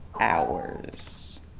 hours